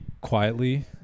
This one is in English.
quietly